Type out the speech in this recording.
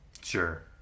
Sure